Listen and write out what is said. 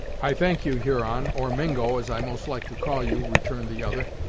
i thank you, huron or mingo, as i most like to call you, returned the other,